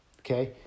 Okay